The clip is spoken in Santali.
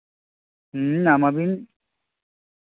ᱦᱮᱸ ᱧᱟᱢ ᱟᱹᱵᱤᱱ